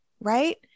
right